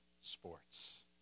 sports